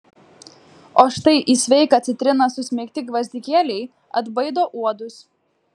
o štai į sveiką citriną susmeigti gvazdikėliai atbaido uodus